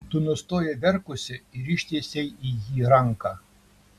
tu nustojai verkusi ir ištiesei į jį ranką